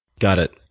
got it.